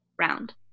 round